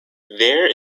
there